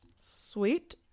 sweet